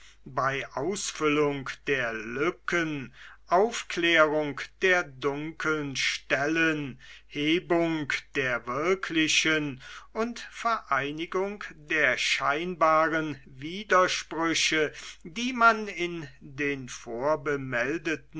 bei ausfüllung der lücken aufklärung der dunkeln stellen hebung der wirklichen und vereinigung der scheinbaren widersprüche die man in den